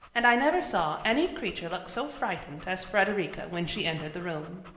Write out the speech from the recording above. and i never saw any creature look so frightened as frederica when she entered the room.